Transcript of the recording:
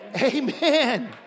Amen